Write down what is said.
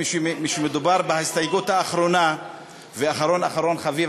כשמדובר בהסתייגות האחרונה ואחרון אחרון חביב,